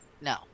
No